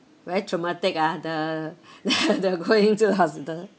very traumatic ah the ya the going to house the